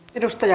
kiitos